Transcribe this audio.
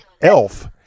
elf